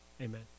Amen